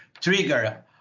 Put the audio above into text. trigger